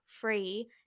free